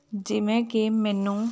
ਜਿਵੇਂ ਕਿ ਮੈਨੂੰ